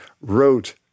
wrote